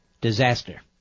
disaster